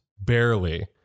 Barely